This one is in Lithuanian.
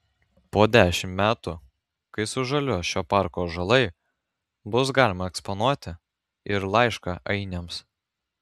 po dešimt metų kai sužaliuos šio parko ąžuolai bus galima eksponuoti ir laišką ainiams